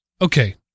okay